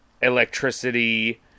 electricity